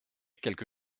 quelque